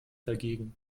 dagegen